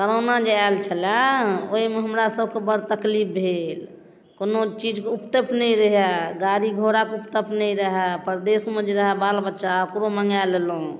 corona जे आएल छलै ओहिमे हमरासबके बड़ तकलीफ भेल कोनो चीजके उपतप नहि रहै गाड़ी घोड़ाके उपतप नहि रहै परदेसमे जे रहै बाल बच्चा ओकरो मँगा लेलहुँ